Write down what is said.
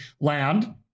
land